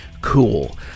cool